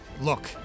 Look